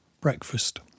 breakfast